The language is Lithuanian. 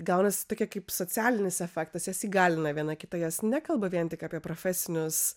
gaunasi tokia kaip socialinis efektas jos įgalina viena kitą jos nekalba vien tik apie profesinius